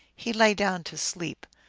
he lay down to sleep.